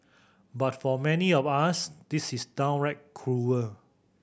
but for many of us this is downright cruel